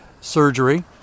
surgery